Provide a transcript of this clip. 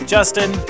Justin